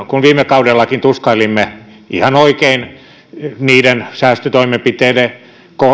kun viime kaudellakin tuskailimme ihan oikein niiden säästötoimenpiteiden